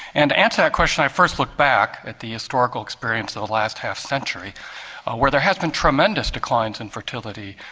and to answer that question i first looked back at the historical experience of the last half-century where there have been tremendous declines in fertility,